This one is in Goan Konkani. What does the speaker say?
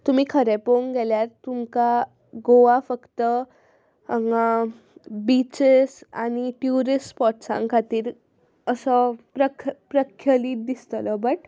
तुमी खरें पळोवंक गेल्यार तुमकां गोवा फक्त हांगा बिचीस आनी टुरिस्ट स्पोर्टसांक खातीर असो प्रख्य प्रख्यलीत दिसतलो बट